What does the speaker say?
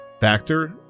factor